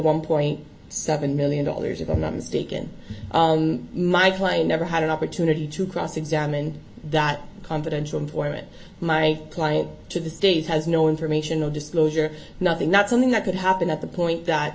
one point seven million dollars i'm not mistaken my client never had an opportunity to cross examine that confidential informant my client to the state has no information no disclosure nothing not something that could happen at the point that